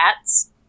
cats